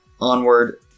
Onward